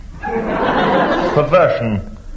perversion